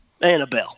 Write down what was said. Annabelle